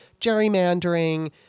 gerrymandering